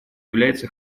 является